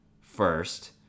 first